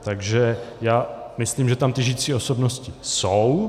Takže myslím, že tam žijící osobnosti jsou.